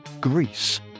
Greece